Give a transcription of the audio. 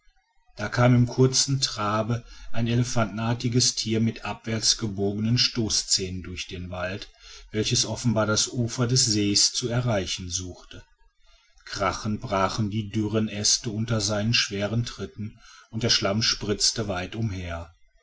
da kam im kurzen trabe ein elephantenartiges tier mit abwärts gebogenen stoßzähnen durch den wald welches offenbar das ufer des see's zu erreichen suchte krachend brachen die dürren äste unter seinen schweren tritten und der schlamm spritzte weit umher